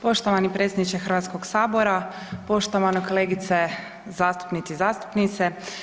Poštovani predsjedniče Hrvatskog sabora, poštovane kolege zastupnici i zastupnice.